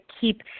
keep